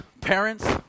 parents